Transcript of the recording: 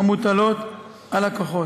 המוטלות על הכוחות.